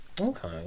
Okay